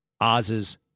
Oz's